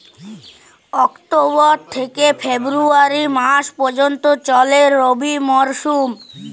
October থেকে February মাস পর্যন্ত চলে রবি মরসুম